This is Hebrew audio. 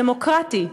דמוקרטי,